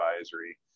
Advisory